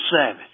Savage